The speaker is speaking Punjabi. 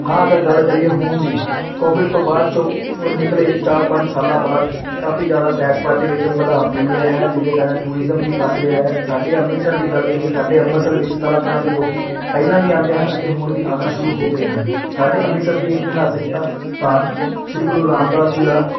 ਹਾਂ ਅਗਰ ਗੱਲ ਕਰੀਏ ਹੁਣ ਦੀ ਕੋਵਿਡ ਤੋਂ ਬਾਅਦ 'ਚੋਂ ਨਿਕਲੇ ਚਾਰ ਪੰਜ ਸਾਲਾਂ ਬਾਅਦ ਕਾਫੀ ਜ਼ਿਆਦਾ ਸੈਰ ਸਪਾਟੇ ਵਿੱਚ ਵਧਾਓ ਮਿਲ ਰਿਹਾ ਹੈ ਜਿਹਦੇ ਕਾਰਨ ਟੂਰਿਜ਼ਮ ਵੀ ਵੱਧ ਰਿਹਾ ਹੈ ਸਾਡੇ ਅੰਮ੍ਰਿਤਸਰ ਦੀ ਗੱਲ ਕਰੀਏ ਸਾਡੇ ਅੰਮ੍ਰਿਤਸਰ ਵਿੱਚ ਤਰ੍ਹਾਂ ਤਰ੍ਹਾਂ ਦੇ ਲੋਕ ਪਹਿਲਾਂ ਵੀ ਆਉਂਦੇ ਹਨ ਅਤੇ ਹੁਣ ਵੀ ਆਉਣਾ ਸ਼ੁਰੂ ਹੋ ਗਏ ਹਨ ਸਾਡੇ ਅੰਮ੍ਰਿਤਸਰ ਦੀ ਇਤਿਹਾਸਿਕਤਾ ਸਥਾਨ ਸ਼੍ਰੀ ਗੁਰੂ ਰਾਮਦਾਸ ਜੀ ਦਾ